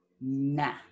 Nah